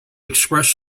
express